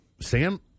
Sam